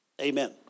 Amen